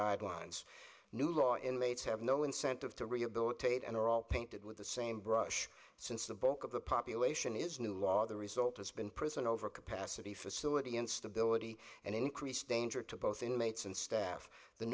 guidelines new law inmates have no incentive to rehabilitate and are all painted with the same brush since the bulk of the population is new law the result has been prison overcapacity facility instability and increased danger to both inmates and staff the